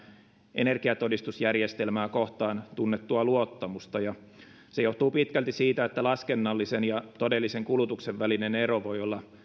energiatodistusjärjestelmää kohtaan tunnettua luottamusta se johtuu pitkälti siitä että laskennallisen ja todellisen kulutuksen välinen ero voi olla